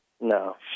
No